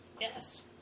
Yes